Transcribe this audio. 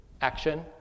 Action